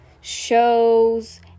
shows